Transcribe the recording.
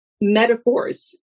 metaphors